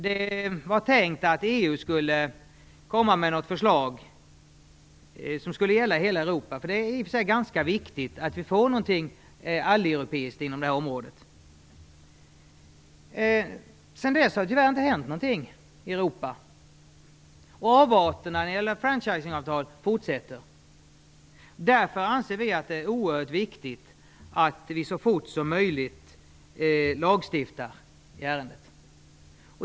Det var tänkt att EU skulle komma med ett förslag som skulle gälla hela Europa. Det är i och för sig ganska viktigt att vi får något alleuropeiskt inom detta område. Sedan dess har det tyvärr inte hänt någonting i Europa. Avarterna när det gäller franchisingavtal fortsätter. Därför anser vi att det är oerhört viktigt att vi så fort som möjligt lagstiftar i ärendet.